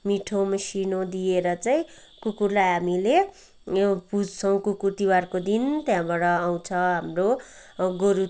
मिठो मसिनो दिएर चाहिँ कुकुरलाई हामीले पुज्छौँ कुकुर तिवारको दिन त्यहाँबाट आउँछ हाम्रो गोरु